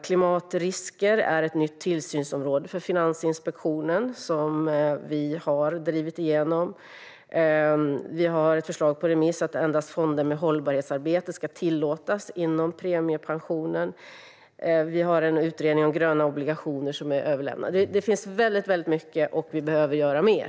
Klimatrisker är ett nytt tillsynsområde för Finansinspektionen, vilket vi har drivit igenom. Vi har också ett förslag på remiss om att endast fonder med hållbarhetsarbete ska tillåtas inom premiepensionen. Och en utredning om gröna obligationer har överlämnats. Det har gjorts väldigt mycket, och vi behöver göra mer.